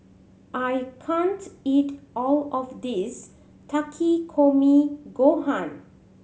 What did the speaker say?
I can't eat all of this Takikomi Gohan